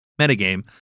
metagame